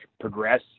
progress